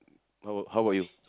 how about how about you